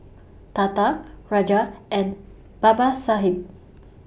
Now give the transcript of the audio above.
Tata Raja and Babasaheb